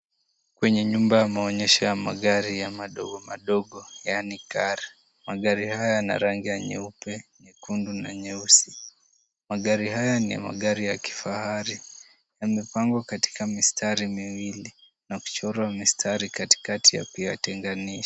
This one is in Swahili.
Kwenye nyumba ya maonyesho ya magari ya madogo madogo yani Car .Magari haya yana rangi ya nyeupe, nyekundu na nyeusi. Magari haya ni magari ya kifahari. Yamepangwa katika mistari miwili na kuchorwa mistari katikati ya kuyatenganisha.